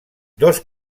dos